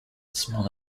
small